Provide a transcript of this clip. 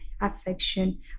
affection